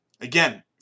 Again